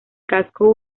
casco